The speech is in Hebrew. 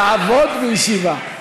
לעבוד בישיבה.